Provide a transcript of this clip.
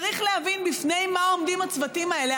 צריך להבין בפני מה עומדים הצוותים האלה.